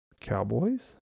Cowboys